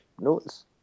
notes